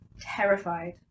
terrified